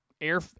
air